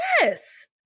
Yes